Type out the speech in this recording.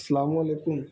السلام علیکم